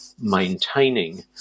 maintaining